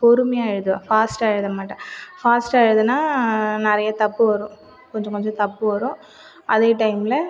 பொறுமையாக எழுதுவேன் ஃபாஸ்ட்டாக எழுதமாட்டேன் ஃபாஸ்ட்டாக எழுதுனால் நிறைய தப்பு வரும் கொஞ்சம் கொஞ்சம் தப்பு வரும் அதே டைமில்